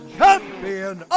champion